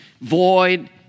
void